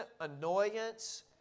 annoyance